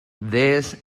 this